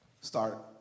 start